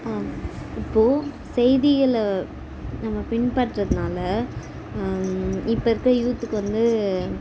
ஆ இப்போது செய்திகளை நம்ம பின்பற்றதுனால் இப்போ இருக்கிற யூத்துக்கு வந்து